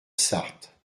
sarthe